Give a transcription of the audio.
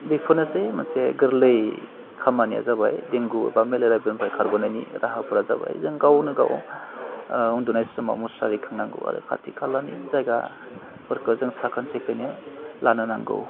बेफोरनोसै मोनसे गोरलै खामानिया जाबाय डेंगु बा मेलेरियाफोरनिफ्राय खारगनायनि राहाफ्रा जाबाय जों गावनो गाव उन्दुनाय समाव मुसारि खोंनांगौ आरो खाथि खालानि जायगाफोरखौ जों साखोन सिखोनै लानो नांगौ